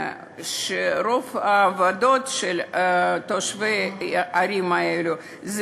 רוב מקומות העבודה של תושבי הערים האלו הם